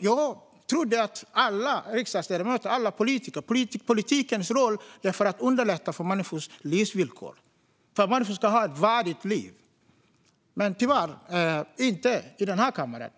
Jag trodde att alla riksdagsledamöters, politikers och politikens roll var att underlätta människors livsvillkor så att de ska kunna ha ett värdigt liv, men tyvärr är det inte så i denna kammare.